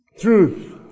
truth